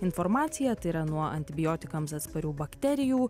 informacija tai yra nuo antibiotikams atsparių bakterijų